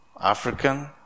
African